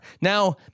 Now